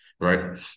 right